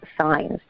signs